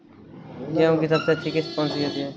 गेहूँ की सबसे अच्छी किश्त कौन सी होती है?